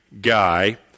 guy